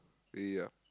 ya